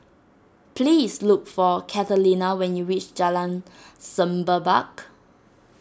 please look for Catalina when you reach Jalan Semerbak